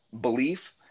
belief